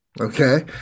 Okay